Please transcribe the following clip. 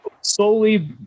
solely